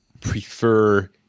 prefer